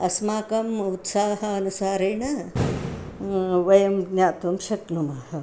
अस्माकम् उत्साहानुसारेण वयं ज्ञातुं शक्नुमः